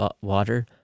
water